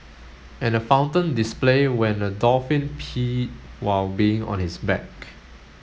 and a fountain display when a dolphin peed while being on his back